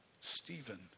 Stephen